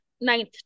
ninth